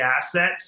asset